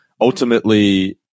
Ultimately